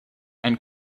and